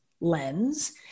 lens